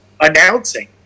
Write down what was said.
announcing